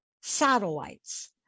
satellites